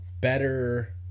better